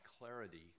clarity